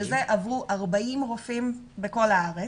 שזה עברו 40 רופאים בכל הארץ,